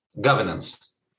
governance